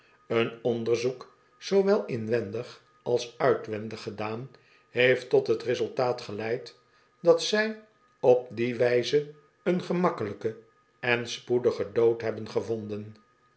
een onderzoek zoowel inwendig als uitwendig gedaan heeft tot t resultaat geleid dat zij op die wijze een gemakkei ij ken en spoedigen dood hebben gevonden